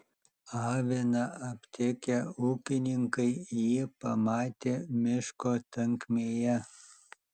aviną aptikę ūkininkai jį pamatė miško tankmėje